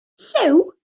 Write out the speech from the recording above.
llew